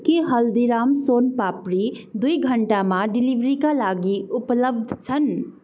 के हल्दीराम सोन पापडी दुई घन्टामा डेलिभरीका लागि उपलब्ध छन्